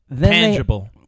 Tangible